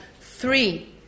three